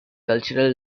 cultural